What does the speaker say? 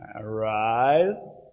arise